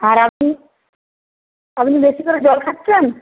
আর আপনি আপনি বেশি করে জল খাচ্ছেন